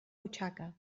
butxaca